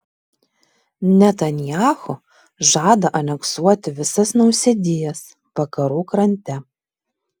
netanyahu žada aneksuoti visas nausėdijas vakarų krante